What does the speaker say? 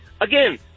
Again